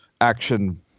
action